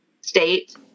state